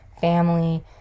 family